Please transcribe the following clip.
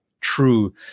true